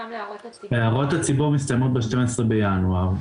הערות הציבור מסתיימות ב-12 בינואר.